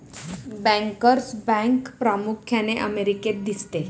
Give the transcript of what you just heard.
bankers bank प्रामुख्याने अमेरिकेत दिसते